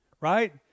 right